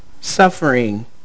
suffering